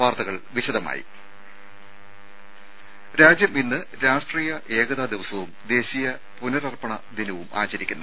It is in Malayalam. വാർത്തകൾ വിശദമായി രാജ്യം ഇന്ന് രാഷ്ട്രീയ ഏകതാ ദിവസവും ദേശീയ പുനരർപ്പണ ദിനവും ആചരിക്കുന്നു